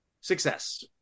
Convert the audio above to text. success